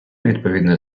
відповідне